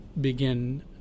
begin